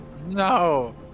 No